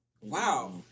wow